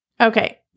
Okay